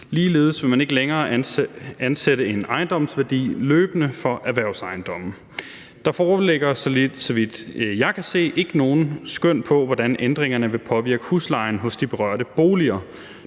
Ligeledes vil man ikke længere ansætte en ejendomsværdi løbende for erhvervsejendomme. Der foreligger, så vidt jeg kan se, ikke nogen skøn på, hvordan ændringerne vil påvirke huslejen i de berørte boliger.